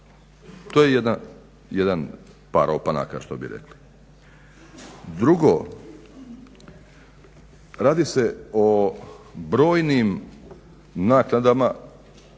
To je jedan par opanaka što bi rekli. Drugo, radi o brojnim naknadama